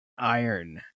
Iron